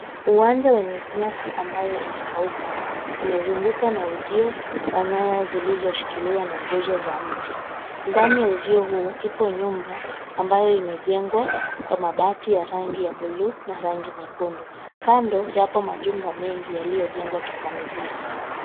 Uwanja wenye nyasi ambayo imekauka umezungukwa na uzio wa nyaya zilizoshikiliwa na ngozo za mti. Ndani ya uzio huu, ipo nyumba ambayo imejengwa kwa mabati ya rangi ya buluu na rangi nyekundu. Kando yapo majumba mengi yaliyojengwa kikamilifu.